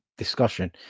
discussion